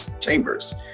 Chambers